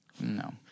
No